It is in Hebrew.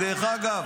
דרך אגב,